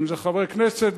אם חברי כנסת,